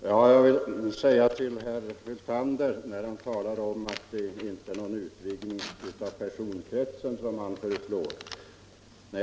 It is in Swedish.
Herr talman! Herr Hyltander talar om att det inte är någon utvidgning av personkretsen som han föreslår.